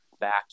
back